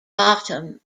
bottom